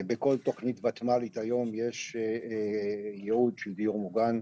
בכל תוכנית ותמ״לית כיום יש ייעוד של דיור מוגן.